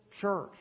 church